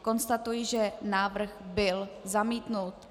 Konstatuji, že návrh byl zamítnut.